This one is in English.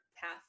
path